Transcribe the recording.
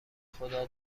خدا